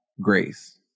grace